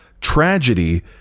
tragedy